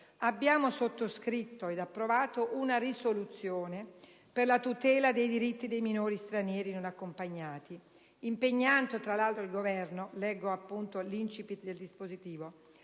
abbiamo sottoscritto ed approvato una risoluzione per la tutela dei diritti dei minori stranieri non accompagnati, impegnando tra l'altro il Governo «ad adoperarsi